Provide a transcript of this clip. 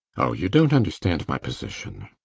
you don't understand my position.